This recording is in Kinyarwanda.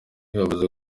yavuze